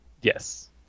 Yes